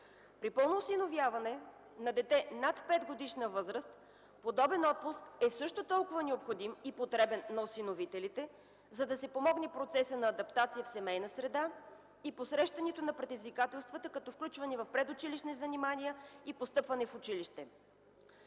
При пълно осиновяване на дете над 5-годишна възраст подобен отпуск е също толкова необходим и потребен на осиновителите, за да се помогне на процесът на адаптация в семейна среда и посрещането на предизвикателствата като включване в предучилищни занимания и постъпване в училище.